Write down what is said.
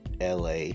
la